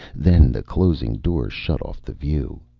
then the closing door shut off the view.